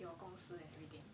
小公司 everyday